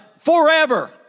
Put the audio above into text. forever